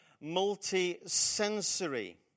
multi-sensory